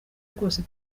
rwose